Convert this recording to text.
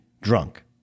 drunk